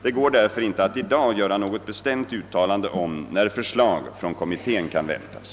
Det går därför inte att i dag göra något bestämt uttalande om när förslag från kommittén kan väntas.